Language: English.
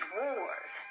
wars